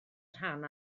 rhan